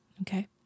okay